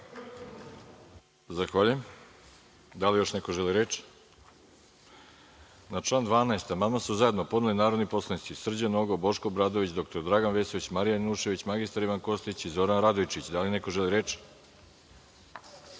Zahvaljujem. Da li još neko želi reč? Na član 12. amandman su zajedno podneli narodni poslanici Srđan Nogo, Boško Obradović, dr Dragan Vesović, Marija Janjušević, magistar Ivan Kostić i Zoran Radojčić. Da li se neko